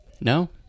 no